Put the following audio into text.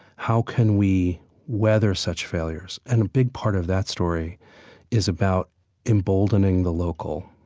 how can we weather such failures? and a big part of that story is about emboldening the local.